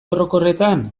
orokorretan